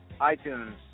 iTunes